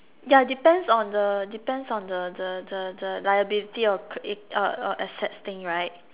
ya depends on the depends on the the the liability of cr~ uh uh assets thing right